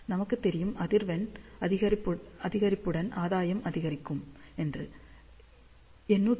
நமக்குத் தெரியும் அதிர்வெண் அதிகரிப்புடன் ஆதாயம் அதிகரிக்கும் என்று